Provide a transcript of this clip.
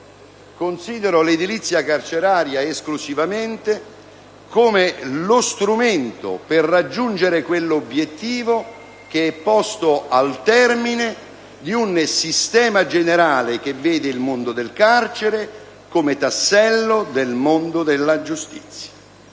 considero l'edilizia carceraria esclusivamente come lo strumento per raggiungere l'obiettivo che è posto al termine di un sistema generale che vede il mondo del carcere come tassello del mondo della giustizia.